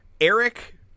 Eric